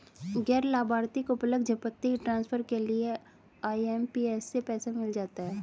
गैर लाभार्थी को पलक झपकते ही ट्रांसफर के लिए आई.एम.पी.एस से पैसा मिल जाता है